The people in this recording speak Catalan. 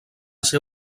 ser